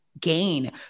gain